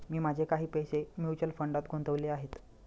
मी माझे काही पैसे म्युच्युअल फंडात गुंतवले आहेत